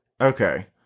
Okay